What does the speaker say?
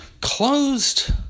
closed